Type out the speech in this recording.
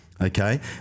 Okay